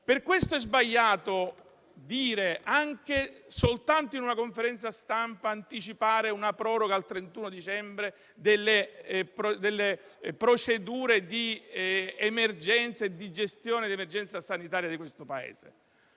Per questo è sbagliato, anche soltanto in una conferenza stampa, anticipare una proroga al 31 dicembre delle procedure di emergenza e di gestione dell'emergenza sanitaria di questo Paese.